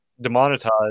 demonetized